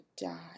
die